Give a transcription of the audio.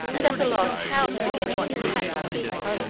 and at a loss how to begin what he had to speak.